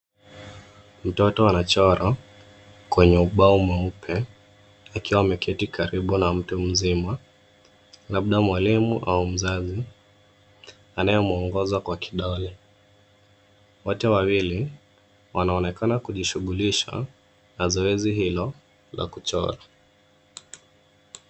Mtoto anachora kwenye ubao mweupe akiwa ameketi karibu na mtu mzima, labda mwalimu au mzazi, anayemwongoza kwa kidole. Wote wawili wanaoonekana kujishughulisha na zoezi hilo la kuchora.